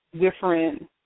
different